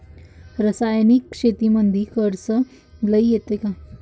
रासायनिक शेतीमंदी खर्च लई येतो का?